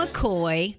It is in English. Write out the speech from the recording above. McCoy